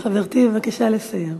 חברתי, בבקשה לסיים.